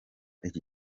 iki